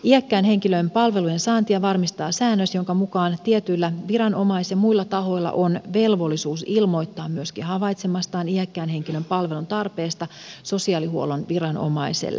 iäkkään henkilön palvelujen saantia varmistaa säännös jonka mukaan tietyillä viranomais ja muilla tahoilla on myöskin velvollisuus ilmoittaa havaitsemastaan iäkkään henkilön palvelutarpeesta sosiaalihuollon viranomaiselle